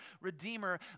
Redeemer